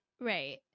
Right